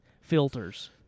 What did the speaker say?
filters